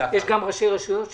גם ראשי רשויות שביקשו.